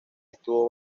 estuvo